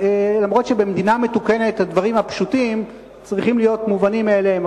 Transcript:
אף שבמדינה מתוקנת הדברים הפשוטים צריכים להיות מובנים מאליהם.